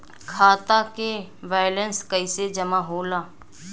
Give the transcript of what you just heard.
खाता के वैंलेस कइसे जमा होला?